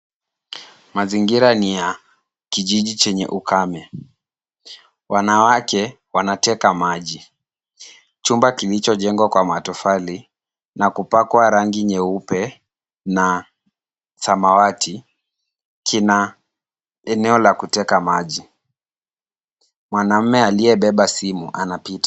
Mazingira ni ya kijiji chenye ukame. Wanawake wanateka maji. Chumba kilichojengwa kwa matofali na kupakwa rangi nyeupe na samawati kina eneo la kuteka maji. Mwanaume aliyebeba simu anapita.